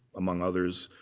among others.